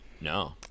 No